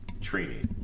Trini